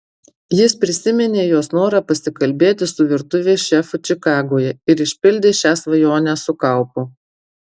jis prisiminė jos norą pasikalbėti su virtuvės šefu čikagoje ir išpildė šią svajonę su kaupu